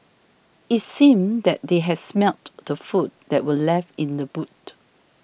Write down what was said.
it seemed that they has smelt the food that were left in the boot